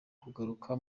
kugaruka